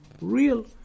real